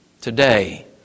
today